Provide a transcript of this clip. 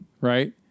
right